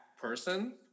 person